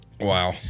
Wow